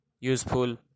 useful